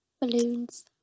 balloons